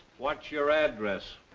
what's your address?